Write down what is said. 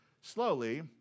slowly